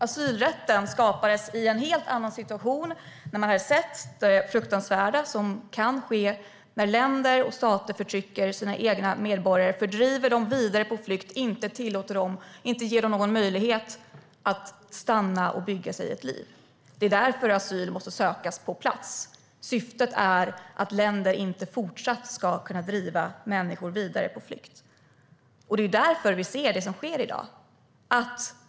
Asylrätten skapades på grund av en helt annan situation, när man hade sett det fruktansvärda som kan ske när länder och stater förtrycker sina egna medborgare, driver dem vidare på flykt och inte tillåter dem eller ger dem möjlighet att stanna och bygga sig ett liv. Det är därför asyl måste sökas på plats. Syftet är att länder inte ska kunna fortsätta driva människor vidare på flykt. Det är därför vi ser det som sker i dag.